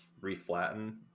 re-flatten